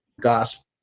gospel